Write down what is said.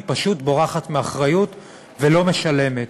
היא פשוט בורחת מאחריות ולא משלמת.